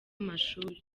amashuri